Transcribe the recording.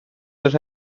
roedd